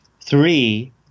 Three